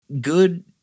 good